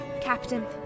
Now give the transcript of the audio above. Captain